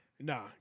Nah